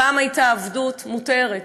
פעם הייתה העבדות מותרת,